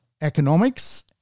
economics